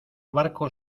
barco